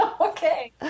Okay